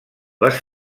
les